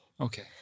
Okay